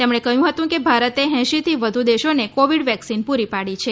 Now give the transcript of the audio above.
તેમણે કહ્યું હતું કે ભારતે એંશી થી વધુ દેશોને કોવિડ વેક્સીન પૂરી પાડી છે